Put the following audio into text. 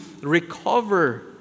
recover